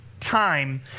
time